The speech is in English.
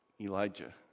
elijah